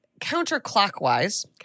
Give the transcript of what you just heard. counterclockwise